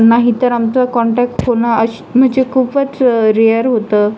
नाहीतर आमचा कॉनटॅक होणं अश् म्हणजे खूपच रियर होतं